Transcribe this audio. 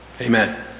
Amen